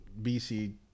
BC